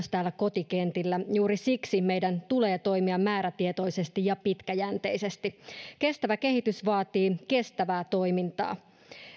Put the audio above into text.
täällä kotikentillä juuri siksi meidän tulee toimia määrätietoisesti ja pitkäjänteisesti kestävä kehitys vaatii kestävää toimintaa